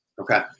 Okay